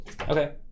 Okay